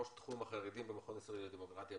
ראש תחום חרדים המכון הישראלי לדמוקרטיה,